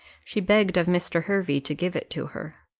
she begged of mr. hervey to give it to her.